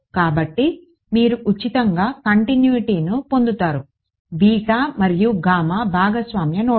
కాబట్టి మీరు ఉచితంగా కంటిన్యూటీను పొందుతారు మరియు భాగస్వామ్య నోడ్లు